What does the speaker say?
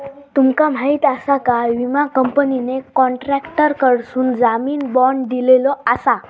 तुमका माहीत आसा काय, विमा कंपनीने कॉन्ट्रॅक्टरकडसून जामीन बाँड दिलेलो आसा